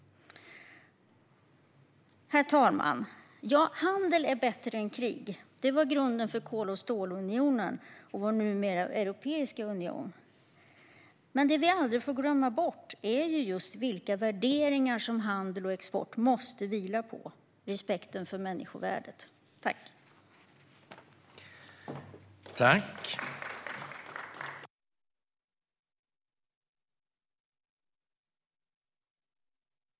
Herr talman! Handel är bättre än krig. Det var grunden för kol och stålunionen, det som nu är Europeiska unionen. Men vi får aldrig glömma bort vilka värderingar som handel och export måste vila på, nämligen respekten för människovärdet.